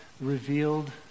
Revealed